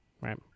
Right